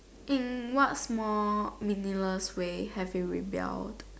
in what small meaningless way have you rebelled